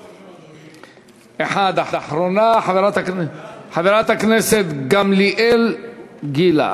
והאחרונה, חברת הכנסת גמליאל גילה.